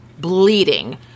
bleeding